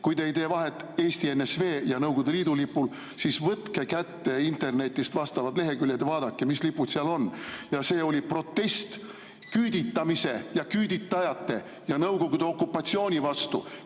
kui te ei tee vahet Eesti NSV ja Nõukogude Liidu lipul, siis võtke internetist vastavad leheküljed ja vaadake, mis lipud seal on. Ja see oli protest küüditamise ja küüditajate ja Nõukogude okupatsiooni vastu.